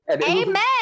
Amen